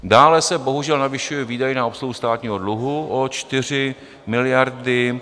Dále se bohužel navyšují výdaje na obsluhu státního dluhu o 4 miliardy.